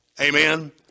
Amen